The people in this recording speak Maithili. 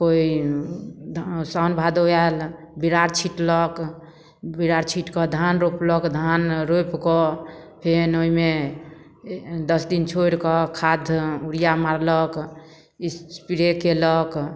कोइ साओन भादव आयल बिरार छीँटलक बिरार छीँटकऽ धान रोपलक धान रोपिकऽ फेन ओइमे दस दिन छोड़िकऽ खाद यूरिया मारलक एस्प्रे कयलक